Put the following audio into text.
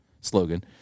slogan